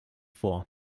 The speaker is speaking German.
vor